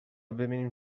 ببینیم